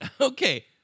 Okay